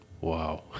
Wow